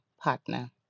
partner